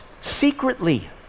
secretly